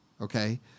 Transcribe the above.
okay